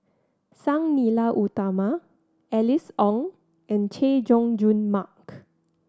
Sang Nila Utama Alice Ong and Chay Jung Jun Mark